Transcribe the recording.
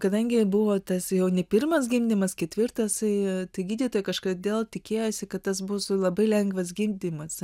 kadangi buvo tas jau ne pirmas gimdymas ketvirtas tai gydytojai kažkodėl tikėjosi kad tas bus labai lengvas gimdymas